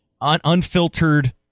unfiltered